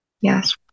yes